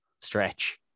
stretch